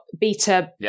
Beta